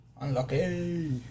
Unlucky